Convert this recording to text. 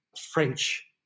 French